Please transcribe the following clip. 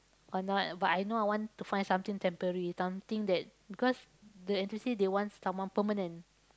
or not but I know I want to find something temporary something that because the N_T_U_C they want someone permanent